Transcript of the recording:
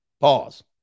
Pause